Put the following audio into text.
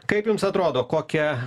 kaip jums atrodo kokia